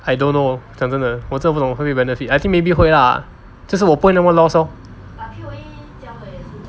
I don't know 讲真的这个我不懂会不会 benefit I think maybe 会 lah 就是我不会那么 lost lor